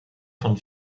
von